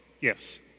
yes